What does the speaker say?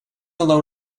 alone